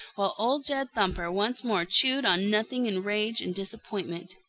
while old jed thumper once more chewed on nothing in rage and disappointment.